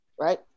Right